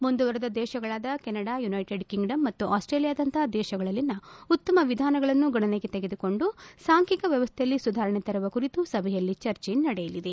ಮುಂದುವರೆದ ದೇಶಗಳಾದ Canada United Kingdom ಮತ್ತು ಆಸ್ಸೇಲಿಯಾದಂತಹ ದೇಶಗಳಲ್ಲಿನ ಉತ್ತಮ ವಿಧಾನಗಳನ್ನು ಗಣನೆಗೆ ತೆಗೆದುಕೊಂಡು ಸಾಂಖ್ಕಿಕ ವ್ಯವಸ್ಥೆಯಲ್ಲಿ ಸುಧಾರಣೆ ತರುವ ಕುರಿತು ಸಭೆಯಲ್ಲಿ ಚರ್ಚೆ ನಡೆಯಲಿದೆ